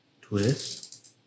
Twist